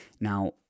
Now